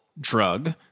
drug